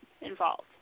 involved